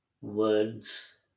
words